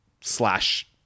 slash